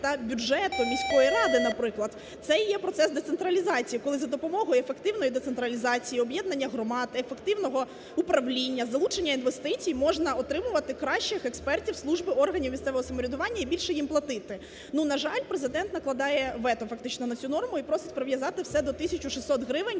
та бюджету міської ради, наприклад. Це і є процес децентралізації, коли за допомогою ефективної децентралізації, об'єднання громад, ефективного управління, залучення інвестицій можна отримувати кращих експертів служби органів місцевого самоврядування і більше їм платити. Ну, на жаль, Президент накладає вето фактично на цю норму і просить прив'язати все до 1 тисячі 600 гривень